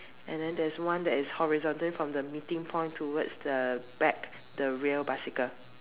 and then that's one that is horizontally from the meeting point towards the back the rear bicycle